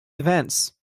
events